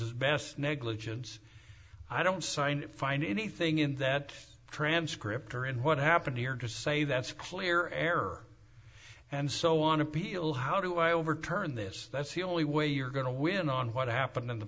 his best negligence i don't sign find anything in that transcript or in what happened here to say that's clear error and so on appeal how do i overturn this that's the only way you're going to win on what happened in the